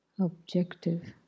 objective